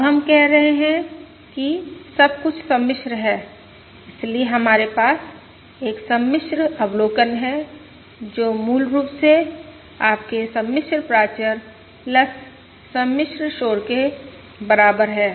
अब हम कह रहे हैं कि सब कुछ सम्मिश्र है इसलिए हमारे पास एक सम्मिश्र अवलोकन है जो मूल रूप से आपके सम्मिश्र प्राचर सम्मिश्र शोर के बराबर है